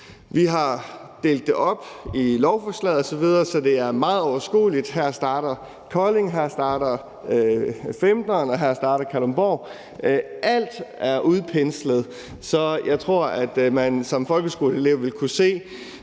Vi har delt det op i lovforslaget osv., så det er meget overskueligt: Her starter Kolding, her starter rute 15, og her starter Kalundborg. Alt er udpenslet, så jeg tror, at man som folkeskoleelev vil kunne se,